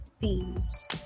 themes